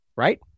Right